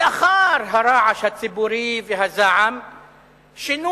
לאחר הרעש הציבורי והזעם שינו